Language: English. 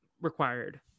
required